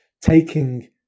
taking